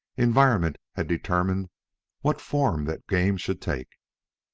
environment had determined what form that game should take.